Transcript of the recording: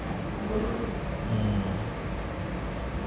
mm